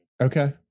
Okay